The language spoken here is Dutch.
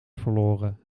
verloren